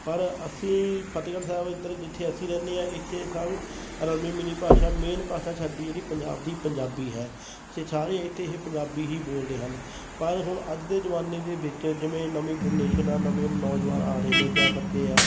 ਪਰ ਅਸੀਂ ਫਤਿਹਗੜ੍ਹ ਸਾਹਿਬ ਇੱਧਰ ਜਿੱਥੇ ਅਸੀਂ ਰਹਿੰਦੇ ਹਾਂ ਇੱਥੇ ਸਭ ਰਲਮੀ ਮਿਲਮੀ ਭਾਸ਼ਾ ਮੇਨ ਭਾਸ਼ਾ ਸਾਡੀ ਜਿਹੜੀ ਪੰਜਾਬ ਦੀ ਪੰਜਾਬੀ ਹੈ ਅਤੇ ਸਾਰੇ ਇੱਥੇ ਇਹ ਪੰਜਾਬੀ ਹੀ ਬੋਲਦੇ ਹਨ ਪਰ ਹੁਣ ਅੱਜ ਦੇ ਜ਼ਮਾਨੇ ਦੇ ਵਿੱਚ ਜਿਵੇਂ ਨਵੀਂ ਜਨਰੇਸ਼ਨ ਆ ਨਵੇਂ ਨੌਜਵਾਨ ਆ ਰਹੇ ਨੇ ਜਾਂ ਬੱਚੇ ਆ